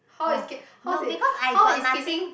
how is ki~ how ki~ how is kissing